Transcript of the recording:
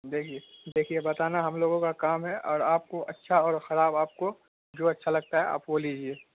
دیکھیے دیکھیے بتانا ہم لوگوں کا کام ہے اور آپ کو اچھا اور خراب آپ کو جو اچھا لگتا ہے آپ وہ لیجیے